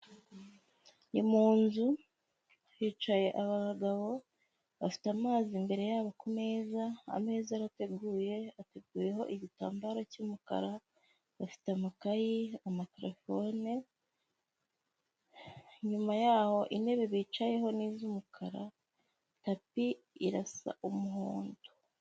Ni mu nzu hicaye abagabo, bafite amazi imbere yabo ku meza, ameza arateguye ateguyeho igitambaro cy'umukara, bafite amakaye, amatelefone, inyuma yaho intebe bicayeho n'iz'umukara, tapi irasa umuhondo.